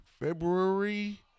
February